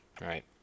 Right